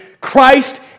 Christ